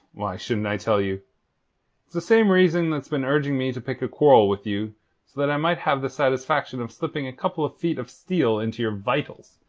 why shouldn't i tell you? it's the same reason that's been urging me to pick a quarrel with you so that i might have the satisfaction of slipping a couple of feet of steel into your vitals.